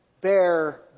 bear